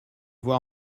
voir